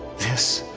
this.